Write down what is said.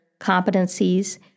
competencies